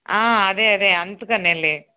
అదే అదే అందుకనెలే